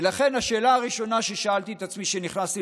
ולכן השאלה הראשונה ששאלתי את עצמי כשנכנסתי